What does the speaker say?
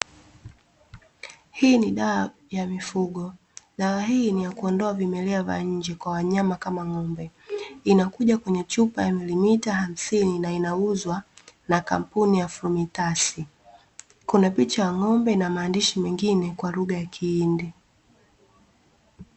Hii ni dawa ya mifugo. Dawa hii ni yakuondoa vimelea vya nje kwa wanyama kama ng'ombe. Inakuja kwenye chupa ya milimita hamsini na inauzwa na kampuni ya "FLUMITAS". Kuna picha ya ng'ombe na maandishi mengine kwa lugha ya kihindi.